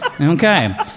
Okay